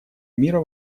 мира